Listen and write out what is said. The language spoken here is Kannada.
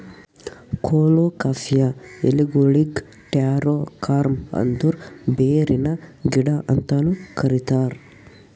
ಕೊಲೊಕಾಸಿಯಾ ಎಲಿಗೊಳಿಗ್ ಟ್ಯಾರೋ ಕಾರ್ಮ್ ಅಂದುರ್ ಬೇರಿನ ಗಿಡ ಅಂತನು ಕರಿತಾರ್